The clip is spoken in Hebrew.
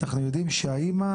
אנחנו יודעים שהאמא